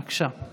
בבקשה.